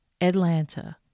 Atlanta